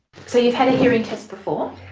so you've had a hearing test before?